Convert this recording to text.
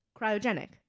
cryogenic